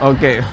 Okay